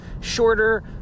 shorter